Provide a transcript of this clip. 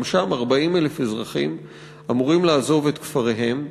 גם שם 40,000 אזרחים אמורים לעזוב את כפריהם.